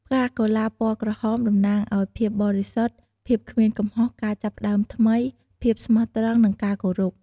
ផ្កាកុលាបពណ៌ក្រហមតំណាងឱ្យ ភាពបរិសុទ្ធ ភាពគ្មានកំហុស ការចាប់ផ្តើមថ្មី ភាពស្មោះត្រង់ និងការគោរព។